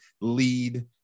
lead